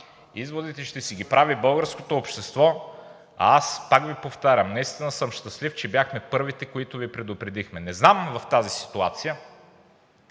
Изводите ще си ги прави българското общество. Аз пак Ви повтарям – наистина съм щастлив, че бяхме първите, които Ви предупредихме. Не знам в тази ситуация